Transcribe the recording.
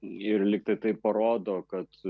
ir lyg tai tai parodo kad